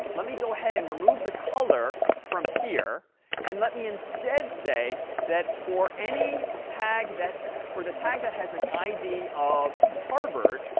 let me go ahead and remove the color from here and let me instead say that for any tag that for the tag that has an id of harvard,